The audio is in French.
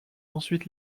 ensuite